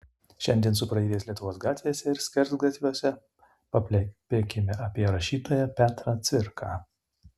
šiandien su praeiviais lietuvos gatvėse ir skersgatviuose paplepėkime apie rašytoją petrą cvirką